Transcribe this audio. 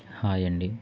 హాయ్ండి